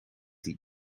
die